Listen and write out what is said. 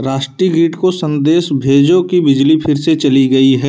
राष्ट्रीय ग्रिड को संदेश भेजो कि बिजली फिर से चली गई है